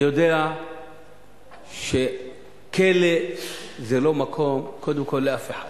יודע שכלא זה לא מקום, קודם כול, לאף אחד.